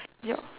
yup